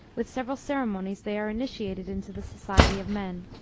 with several ceremonies they are initiated into the society of men.